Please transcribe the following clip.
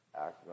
Act